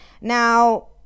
Now